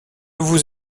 vous